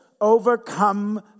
overcome